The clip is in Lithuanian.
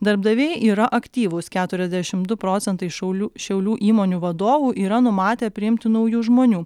darbdaviai yra aktyvūs keturiasdešimt du procentai šaulių šiaulių įmonių vadovų yra numatę priimti naujų žmonių